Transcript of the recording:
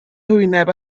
hwyneb